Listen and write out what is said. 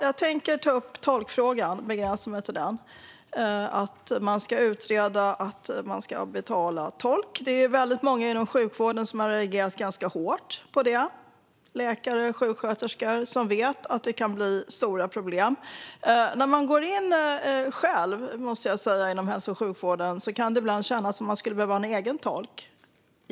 Jag tänkte begränsa mig till tolkfrågan. Det ska utredas att man ska betala för tolk. Många i sjukvården har reagerat hårt på detta. Det är läkare och sjuksköterskor som vet att det kan bli stora problem. När man anlitar hälso och sjukvården kan det ibland kännas som att man själv behöver en tolk.